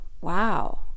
wow